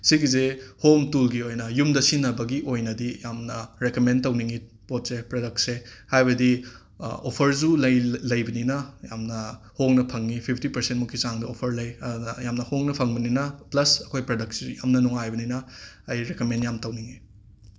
ꯑꯁꯤꯒꯤꯁꯦ home ꯇꯨꯜꯒꯤ ꯑꯣꯏꯅ ꯌꯨꯝꯗ ꯁꯤꯖꯤꯟꯅꯕꯒꯤ ꯑꯣꯏꯅꯗꯤ ꯌꯥꯝꯅ ꯔꯦꯀꯃꯦꯟ ꯇꯧꯅꯤꯡꯏ ꯄꯣꯠꯁꯦ ꯄ꯭ꯔꯗꯛꯁꯦ ꯍꯥꯏꯕꯗꯤ ꯑꯣꯐꯔꯁꯨ ꯂꯩ ꯂꯩꯕꯅꯤꯅ ꯌꯥꯝꯅ ꯍꯣꯡꯅ ꯐꯪꯏ ꯐꯤꯐꯇꯤ ꯄꯔꯁꯦꯟ ꯃꯨꯛꯀꯤ ꯆꯥꯡꯗ ꯑꯣꯐꯔ ꯂꯩ ꯑꯗ ꯌꯥꯝꯅ ꯍꯣꯡꯅ ꯐꯪꯕꯅꯤꯅ ꯄ꯭ꯂꯁ ꯑꯩꯈꯣꯏ ꯄ꯭ꯔꯗꯛꯁꯤꯁꯨ ꯌꯥꯝꯅ ꯅꯨꯡꯉꯥꯏꯕꯅꯤꯅ ꯑꯩ ꯔꯦꯀꯃꯦꯟ ꯌꯥꯝꯅ ꯇꯧꯅꯤꯡꯏ